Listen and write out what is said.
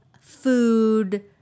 food